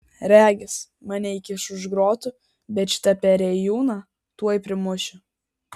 regis mane įkiš už grotų bet šitą perėjūną tuoj primušiu